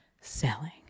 selling